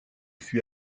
fut